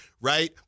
right